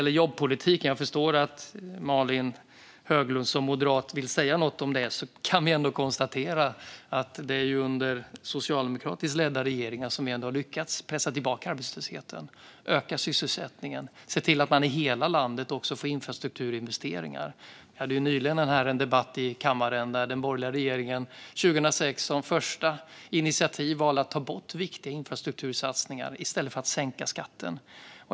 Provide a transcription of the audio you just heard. Jag förstår att Malin Höglund som moderat också vill säga något om jobbpolitiken. Där kan vi ändå konstatera att det är under socialdemokratiskt ledda regeringar som vi har lyckats pressa tillbaka arbetslösheten, öka sysselsättningen och se till att man i hela landet också kan få infrastrukturinvesteringar. Vi hade nyligen en debatt i kammaren där vi kunde konstatera att den borgerliga regeringen 2006 som första initiativ valde att ta bort viktiga infrastruktursatsningar i stället för att höja skatten.